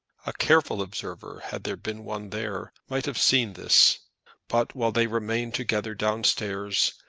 a careful observer, had there been one there, might have seen this but, while they remained together downstairs,